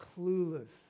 clueless